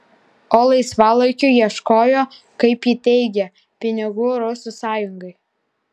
o laisvalaikiu ieškojo kaip ji teigė pinigų rusų sąjungai